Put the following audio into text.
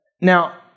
Now